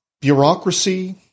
bureaucracy